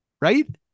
right